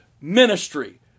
ministry